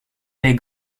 les